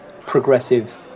progressive